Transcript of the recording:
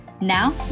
Now